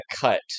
cut